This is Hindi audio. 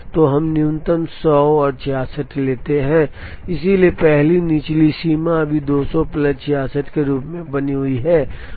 तो हम न्यूनतम 100 और 66 लेते हैं इसलिए पहली निचली सीमा अभी भी 200 प्लस 66 के रूप में बनी हुई है